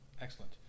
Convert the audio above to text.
excellent